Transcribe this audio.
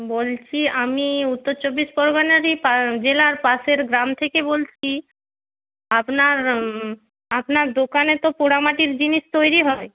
বলছি আমি উত্তর চব্বিশ পরগনারই জেলার পাশের গ্রাম থেকে বলছি আপনার আপনার দোকানে তো পোড়া মাটির জিনিস তৈরি হয়